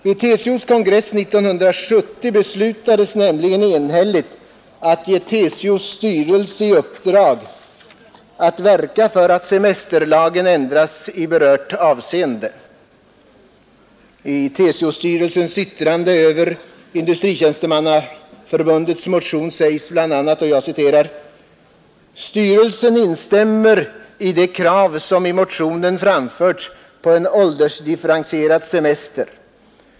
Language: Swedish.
Vid TCO:s kongress 1970 beslöts nämligen enhälligt att ge TCO:s styrelse i uppdrag att verka för att semesterlagen ändras i berört avseende. I TCO-styrelsens yttrande över Svenska industritjänstemannaförbundets motion sägs bl.a.: ”Styrelsen instämmer i de krav som i motionen framförts på en åldersdifferentierad semester.